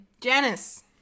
janice